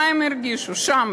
מה הם הרגישו שם,